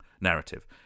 narrative